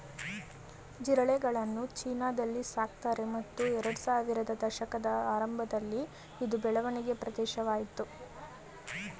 ಜಿರಳೆಗಳನ್ನು ಚೀನಾದಲ್ಲಿ ಸಾಕ್ತಾರೆ ಮತ್ತು ಎರಡ್ಸಾವಿರದ ದಶಕದ ಆರಂಭದಲ್ಲಿ ಇದು ಬೆಳವಣಿಗೆ ಪ್ರದೇಶವಾಯ್ತು